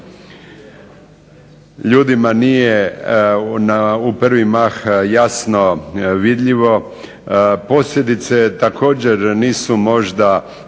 ljudima nije u prvi mah jasno vidljivo, posljedice također nisu možda